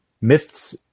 Myths